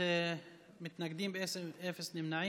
אין מתנגדים ואין נמנעים.